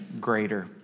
greater